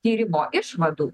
tyrimo išvadų